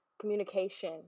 communication